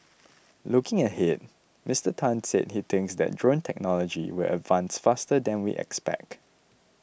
looking ahead Mister Tan said he thinks that drone technology will advance faster than we expect